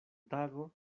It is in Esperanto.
tago